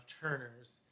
Turners